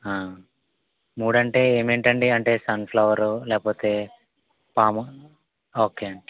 మూడంటే ఏమేంటండీ అంటే sunflower లేపోతే పాము ఓకే అండి